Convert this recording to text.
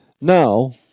Now